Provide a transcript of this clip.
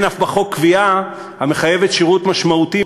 אף אין בחוק קביעה המחייבת שירות משמעותי,